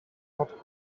not